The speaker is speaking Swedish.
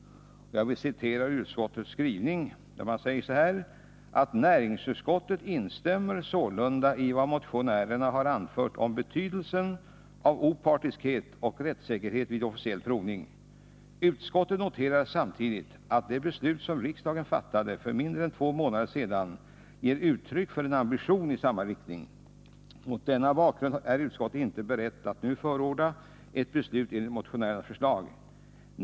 Jag vill citera ur näringsutskottets yttrande, där man säger: ”Näringsutskottet instämmer sålunda i vad motionärerna har anfört om betydelsen av opartiskhet och rättssäkerhet vid officiell provning. Utskottet noterar samtidigt att det beslut som riksdagen fattade för mindre än två månader sedan ger uttryck för en ambition i samma riktning. Mot denna bakgrund är utskottet inte berett att nu förorda ett beslut enligt motionärernas förslag.